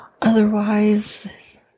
otherwise